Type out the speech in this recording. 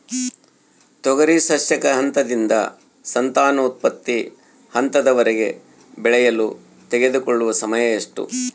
ತೊಗರಿ ಸಸ್ಯಕ ಹಂತದಿಂದ ಸಂತಾನೋತ್ಪತ್ತಿ ಹಂತದವರೆಗೆ ಬೆಳೆಯಲು ತೆಗೆದುಕೊಳ್ಳುವ ಸಮಯ ಎಷ್ಟು?